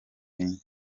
bindi